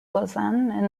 lausanne